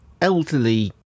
elderly